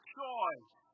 choice